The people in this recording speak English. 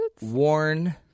Worn